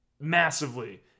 massively